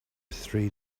three